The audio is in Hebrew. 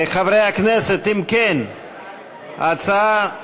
חברי הכנסת, אם כן, ההצעה: